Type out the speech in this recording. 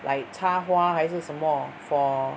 like 插花还是什么 for